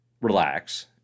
relax